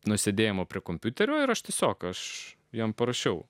nuo sėdėjimo prie kompiuterio ir aš tiesiog aš jam parašiau